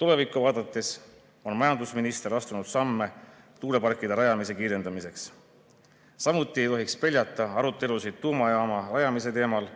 Tulevikku vaadates on majandusminister astunud samme tuuleparkide rajamise kiirendamiseks. Samuti ei tohiks peljata arutelusid tuumajaama rajamise teemal